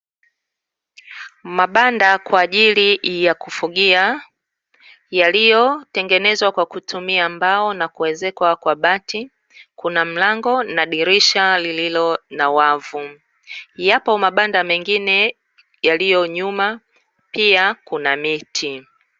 Mabanda kwa ajili ya kufugia yaliyotengenezwa kwa kutumia mbao na kuezekwa kwa bati, kuna mlango na dirisha lililo na wavu. Yapo mabanda mengine yaliyo nyuma pia kuna miti.